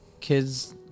kids